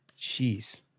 Jeez